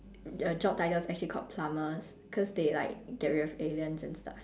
job title is actually called plumbers cause they like get rid of aliens and stuff